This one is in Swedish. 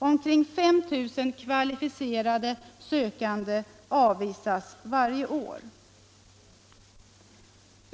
Omkring 5 000 kvalificerade sökande avvisas varje år.